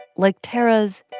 like tarra's,